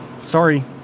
Sorry